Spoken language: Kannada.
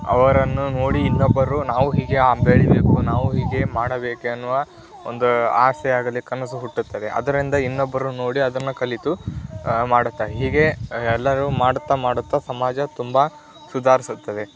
ಅವರನ್ನು ನೋಡಿ ಇನ್ನೊಬ್ಬರು ನಾವೂ ಹೀಗೇ ಬೆಳೀಬೇಕು ನಾವೂ ಹೀಗೇ ಮಾಡಬೇಕೆನ್ನುವ ಒಂದು ಆಸೆ ಆಗಲಿ ಕನಸು ಹುಟ್ಟುತ್ತದೆ ಅದರಿಂದ ಇನ್ನೊಬ್ಬರು ನೋಡಿ ಅದನ್ನು ಕಲಿತು ಮಾಡುತ್ತಾರೆ ಹೀಗೇ ಎಲ್ಲರೂ ಮಾಡುತ್ತಾ ಮಾಡುತ್ತಾ ಸಮಾಜ ತುಂಬ ಸುಧಾರಿಸುತ್ತದೆ